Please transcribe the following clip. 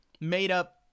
made-up